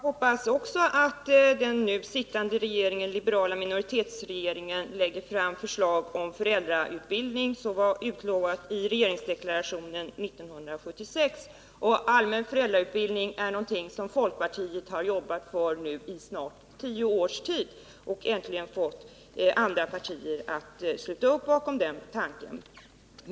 Herr talman! Också jag hoppas att den nu sittande liberala minoritetsregeringen lägger fram förslag om den föräldrautbildning, som var utlovad i 1976 års regeringsdeklaration. Folkpartiet har i snart tio års tid arbetat för en allmän föräldrautbildning, och vi har äntligen fått andra partier att sluta upp bakom den tanken.